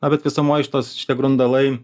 na bet visumoj šitos šitie grundalai